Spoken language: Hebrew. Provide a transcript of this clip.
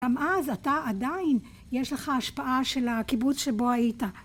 גם אז אתה עדיין יש לך השפעה של הקיבוץ שבו היית